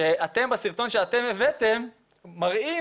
שאתם בסרטון שהבאתם מראים